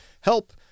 help